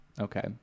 Okay